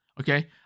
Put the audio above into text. Okay